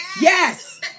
Yes